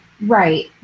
Right